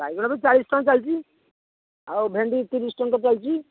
ବାଇଗଣ ଏବେ ଚାଳିଶ ଟଙ୍କା ଚାଲିଛି ଆଉ ଭେଣ୍ଡି ତିରିଶ ଟଙ୍କା ଚାଲିଛି